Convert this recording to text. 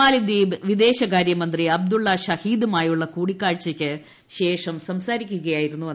മാലിദ്വീപ് വിദേശകാര്യമന്ത്രി അബ്ദുളള ഷഹീദുമായുളള കൂടിക്കാഴ്ചയ്ക്ക് ശേഷം സംസാരിക്കുകയായിരുന്നു അദ്ദേഹം